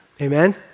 Amen